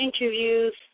interviews